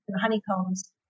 honeycombs